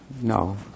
No